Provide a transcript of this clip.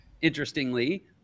interestingly